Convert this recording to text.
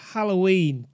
Halloween